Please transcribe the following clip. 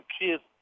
kids